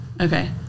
Okay